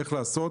איך לעשות.